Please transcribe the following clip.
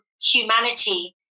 humanity